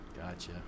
Gotcha